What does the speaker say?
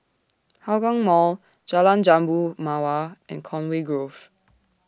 Hougang Mall Jalan Jambu Mawar and Conway Grove